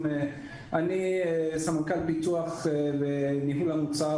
אני סמנכ"ל פיתוח וניהול המוצר